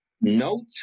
note